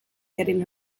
getting